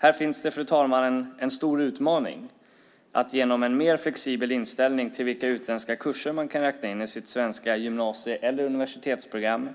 Här finns det, fru talman, en stor utmaning i att genom en mer flexibel inställning till vilka utländska kurser man kan räkna in i sitt svenska gymnasie eller universitetsprogram